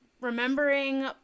remembering